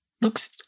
looks